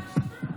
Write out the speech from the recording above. נפסקה בשעה